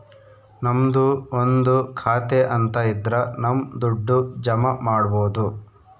ನಮ್ದು ಒಂದು ಖಾತೆ ಅಂತ ಇದ್ರ ನಮ್ ದುಡ್ಡು ಜಮ ಮಾಡ್ಬೋದು